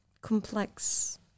complex